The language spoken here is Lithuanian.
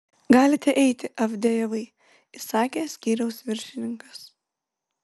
galite eiti avdejevai įsakė skyriaus viršininkas